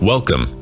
Welcome